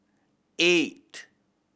eight